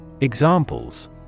Examples